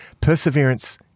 perseverance